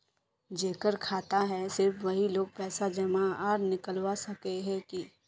जेकर खाता है सिर्फ वही लोग पैसा जमा आर निकाल सके है की?